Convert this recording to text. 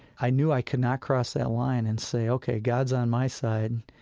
i knew i could not cross that line and say, ok, god's on my side,